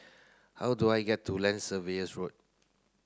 how do I get to Land Surveyors